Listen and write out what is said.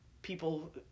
people